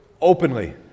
openly